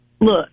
look